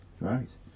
Right